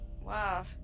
Wow